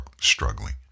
struggling